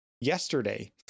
yesterday